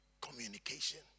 Communication